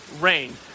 rain